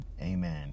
amen